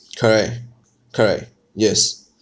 correct correct yes